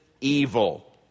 evil